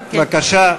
בבקשה.